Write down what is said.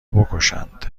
بکشند